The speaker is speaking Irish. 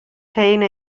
féin